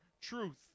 truth